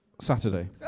Saturday